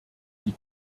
die